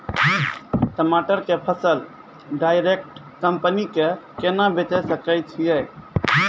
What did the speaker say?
टमाटर के फसल डायरेक्ट कंपनी के केना बेचे सकय छियै?